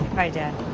hi, dad.